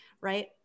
right